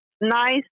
nice